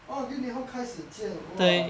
oh 六年后开始建 !wah!